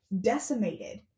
decimated